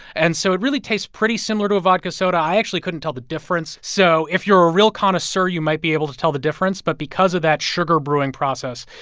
and so it really tastes pretty similar to a vodka soda i actually couldn't tell the difference. so if you're a real connoisseur, you might be able to tell the difference. but because of that sugar brewing process,